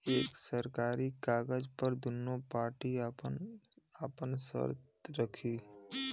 एक सरकारी कागज पर दुन्नो पार्टी आपन आपन सर्त रखी